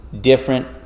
different